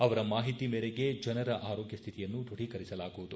ಅವರ ಮಾಹಿತಿ ಮೇರೆಗೆ ಜನರ ಆರೋಗ್ಯ ಸ್ಥಿತಿಯನ್ನು ದೃಢೀಕರಿಸಲಾಗುವುದು